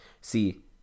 See